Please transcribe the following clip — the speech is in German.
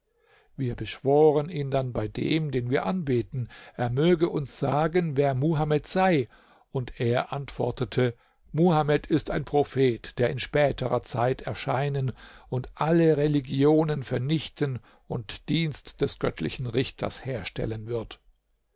wir beschworen ihn dann bei dem den wir anbeten er möge uns sagen wer muhamed sei und er antwortete muhamed ist ein prophet der in späterer zeit erscheinen und alle religionen vernichten und dienst des göttlichen richters herstellen wird